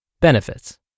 Benefits